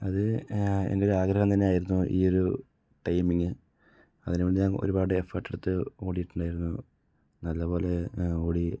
അത് എൻ്റെ ഒരു ആഗ്രഹം തന്നെയായിരുന്നു ഈ ഒരു ടൈമിംഗ് അതിന് വേണ്ടി ഞാൻ ഒരുപാട് എഫേർട്ട് എടുത്ത് ഓടിയിട്ടുണ്ടായിരുന്നു നല്ലതു പോലെ ഓടി